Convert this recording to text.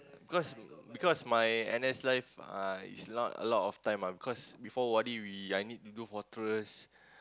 cause because my N_S life uh is not a lot of time ah because before O_R_D we I need to do fortress